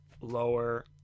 lower